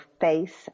face